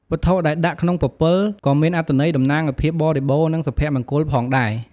វត្ថុដែលដាក់ក្នុងពពិល ក៏មានអត្ថន័យតំណាងឱ្យភាពបរិបូរណ៍ និងសុភមង្គលផងដែរ។